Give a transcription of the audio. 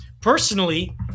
personally